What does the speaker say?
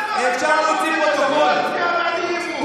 להצביע בעד אי-אמון.